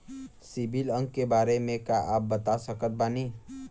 CIBIL अंक के बारे मे का आप बता सकत बानी?